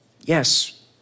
Yes